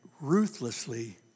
ruthlessly